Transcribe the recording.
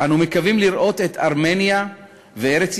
"אנחנו מקווים לראות את ארמניה וארץ-ישראל